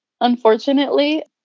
unfortunately